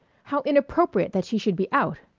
how inappropriate that she should be out!